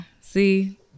see